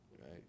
Right